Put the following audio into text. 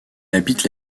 habite